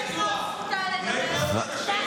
יכול להיות.